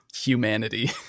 Humanity